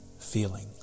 feeling